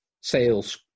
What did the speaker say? sales